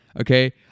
okay